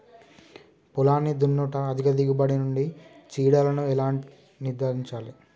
పొలాన్ని దున్నుట అధిక దిగుబడి నుండి చీడలను ఎలా నిర్ధారించాలి?